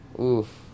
Oof